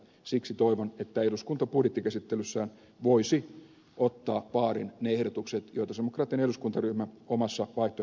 siksi toivon että eduskunta budjettikäsittelyssään voisi ottaa vaarin ne ehdotukset joita sosialidemokraattinen eduskuntaryhmä omassa vaihtoehtobudjetissaan tekee